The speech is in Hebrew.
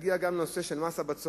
להגיע גם לנושא של מס הבצורת.